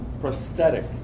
prosthetic